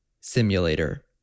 simulator